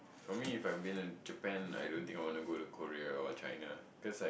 for me if I've been to Japan I don't think I wanna go to Korea or China cause like